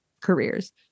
careers